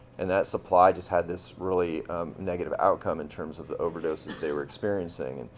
and that supply just had this really negative outcome in terms of the overdoses they were experiencing.